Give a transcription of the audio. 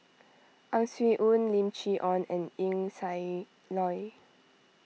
Ang Swee Aun Lim Chee Onn and Eng Siak Loy